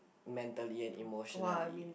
mentally and emotionally